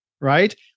right